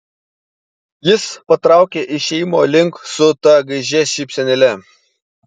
jis patraukė išėjimo link su ta gaižia šypsenėle